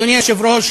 אדוני היושב-ראש,